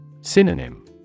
Synonym